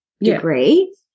degree